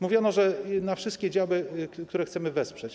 Mówiono, że jest na wszystkie działy, które chcemy wesprzeć.